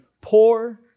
poor